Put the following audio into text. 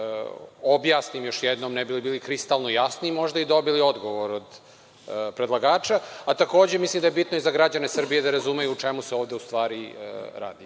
objasnim još jednom ne bi li bili kristalno jasni i možda dobili odgovor od predlagača, a takođe mislim da je bitno i za građane Srbije da razumeju o čemu se ovde u stvari